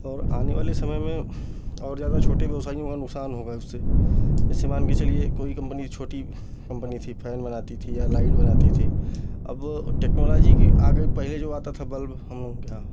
और आनेवाले समय में और ज़्यादा छोटे व्यवसायियों का नुकसान होगा उससे जैसे मानके चलिए कोइ कंपनी छोटी कंपनी थी फ़ैन बनाती थी या लाईट बनाती थी अब टेक्नोलाॅजी के आगे पहले जो आता था बल्ब हम लोग के यहाँ